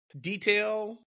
detail